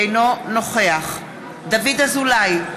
אינו נוכח דוד אזולאי,